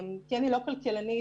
כי אני לא כלכלנית,